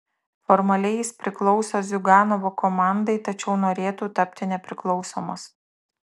formaliai jis priklauso ziuganovo komandai tačiau norėtų tapti nepriklausomas